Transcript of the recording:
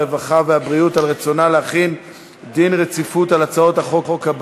הרווחה והבריאות על רצונה להחיל דין רציפות על הצעות חוק.